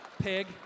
pig